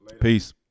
Peace